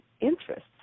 interests